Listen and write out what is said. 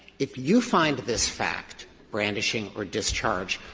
if you find this fact, brandishing or discharge,